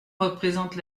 représentent